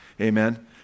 Amen